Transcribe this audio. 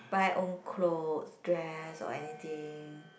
buy own clothes dress or anything